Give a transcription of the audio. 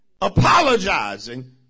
apologizing